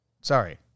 Sorry